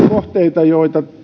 kohteita joita